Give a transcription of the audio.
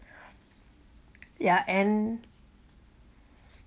ya and